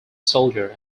soldier